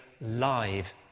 live